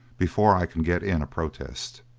before i can get in a protest.